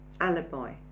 alibi